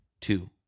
Two